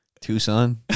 Tucson